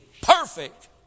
perfect